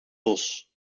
bos